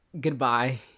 goodbye